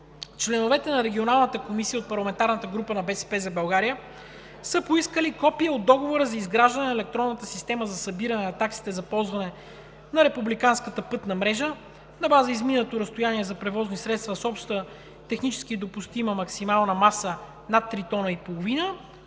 членовете на Регионалната комисия от парламентарната група на „БСП за България“ са поискали копие от Договора за изграждане на електронната система за събиране на таксите за ползване на републиканската пътна мрежа на база изминато разстояние за превозни средства с обща технически допустима максимална маса над три тона